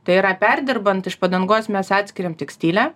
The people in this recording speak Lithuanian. tai yra perdirbant iš padangos mes atskiriam tekstilę